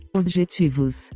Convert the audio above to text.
objetivos